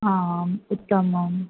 आम् उत्तमम्